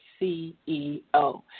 CEO